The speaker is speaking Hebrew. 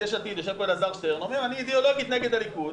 יש עתיד ישב פה אלעזר שטרן ואמר: אני אידיאולוגית נגד הליכוד,